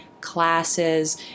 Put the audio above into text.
classes